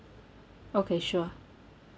okay sure